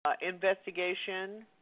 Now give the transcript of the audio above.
investigation